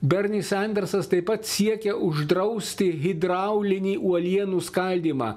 berni sandersas taip pat siekia uždrausti hidraulinį uolienų skaldymą